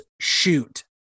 shoot